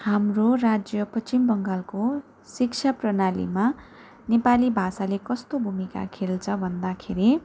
हाम्रो राज्य पश्चिम बङ्गालको शिक्षा प्रणालीमा नेपाली भाषाले कस्तो भूमिका खेल्छ भन्दाखेरि